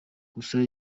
gusa